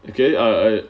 okay I